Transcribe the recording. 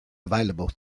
available